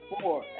four